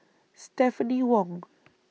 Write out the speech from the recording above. Stephanie Wong